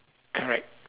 correct